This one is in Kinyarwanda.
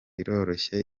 iroroshye